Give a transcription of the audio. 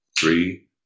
three